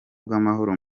bw’amahoro